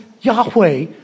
Yahweh